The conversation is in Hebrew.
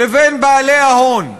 לבין בעלי ההון.